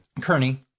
Kearney